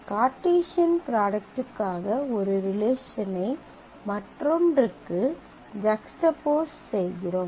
Cartesian ப்ராடக்ட்க்காக ஒரு relation ஐ மற்றொன்றுக்கு ஜக்ஸ்டபோஸ் செய்கிறோம்